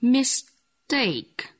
Mistake